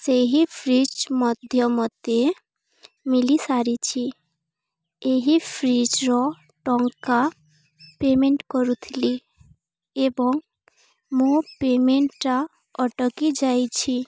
ସେହି ଫ୍ରିଜ୍ ମଧ୍ୟ ମୋତେ ମିଳିସାରିଛି ଏହି ଫ୍ରିଜ୍ର ଟଙ୍କା ପେମେଣ୍ଟ କରୁଥିଲି ଏବଂ ମୋ ପେମେଣ୍ଟଟା ଅଟକି ଯାଇଛି